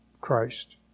Christ